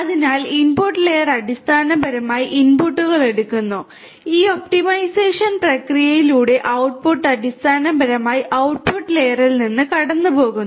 അതിനാൽ input layer അടിസ്ഥാനപരമായി ഇൻപുട്ടുകൾ എടുക്കുന്നു ഈ ഒപ്റ്റിമൈസേഷൻ പ്രക്രിയയിലൂടെ ഔട്ട്പുട്ട് അടിസ്ഥാനപരമായി ഔട്ട്പുട്ട് ലെയറിൽ നിന്ന് കടന്നുപോകുന്നു